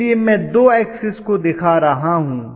इसलिए मैं दो ऐक्सिस को दिखा रहा हूं